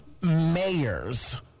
Mayors